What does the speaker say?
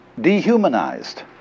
dehumanized